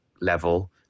Level